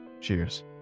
Cheers